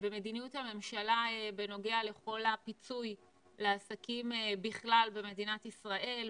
הממשלה בנוגע לכל הפיצוי לעסקים בכלל במדינת ישראל,